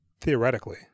theoretically